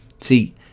See